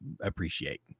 appreciate